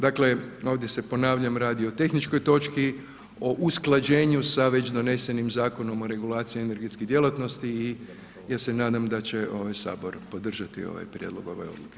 Dakle, ovdje se, ponavljam, radi o tehničkoj točki, o usklađenju sa već donesenim Zakonom o regulaciji energetskih djelatnosti i ja se nadam da će ovaj Sabor podržati ovaj prijedlog ove odluke.